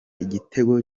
igitego